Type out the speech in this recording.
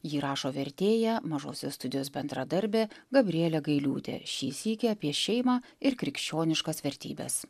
jį rašo vertėja mažosios studijos bendradarbė gabrielė gailiūtė šį sykį apie šeimą ir krikščioniškas vertybes